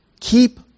Keep